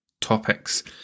topics